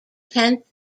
tenth